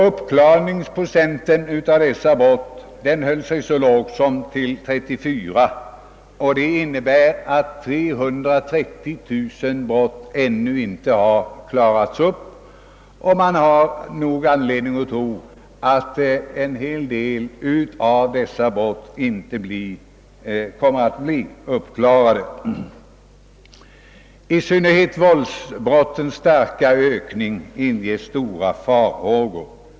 Uppklaringsprocenten har beräknats till knappt 34, vilket innebär att drygt 330 000 av nämnda brott ej klarats upp. Det finns anledning tro att en stor del av dessa brott aldrig kommer att bli uppklarade. I synnerhet ökningen av antalet våldsbrott — det gäller mord, dråp och rån — inger stora farhågor.